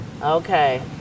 Okay